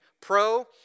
pro